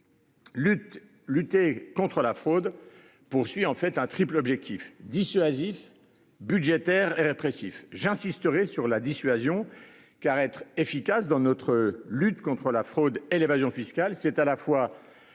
lutter contre la fraude poursuit en fait un triple objectif dissuasif. Budgétaire et répressif j'insisterai sur la dissuasion, car être efficace dans notre lutte contre la fraude et l'évasion fiscale. C'est à la fois.